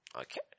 Okay